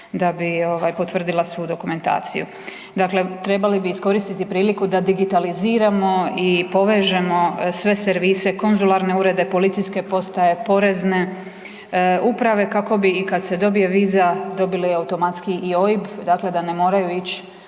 da bi potvrdila svu dokumentaciju. Dakle, trebali bi iskoristiti priliku da digitaliziramo i povežemo sve servise, konzularne urede, policijske postaje, porezne uprave, kako bi, i kad se dobije viza, dobili automatski i OIB, dakle da ne moraju ići